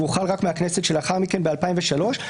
והוחל רק מהכנסת שלאחר מכן, ב-2003.